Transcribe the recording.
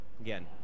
again